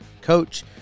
coach